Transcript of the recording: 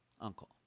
uncle